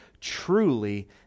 Truly